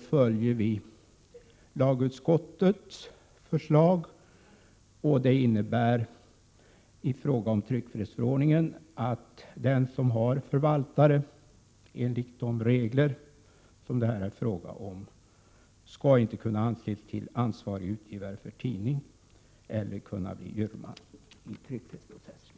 följer vi lagutskottets förslag. Det innebär i fråga om tryckfrihetsförordningen att den som har förvaltare enligt de regler som det här är fråga om inte skall kunna utses till ansvarige utgivare för tidning eller kunna bli juryman i tryckfrihetsprocess.